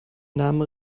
namen